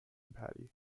patty